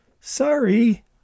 Sorry